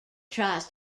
tries